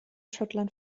schottland